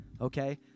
Okay